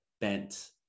bent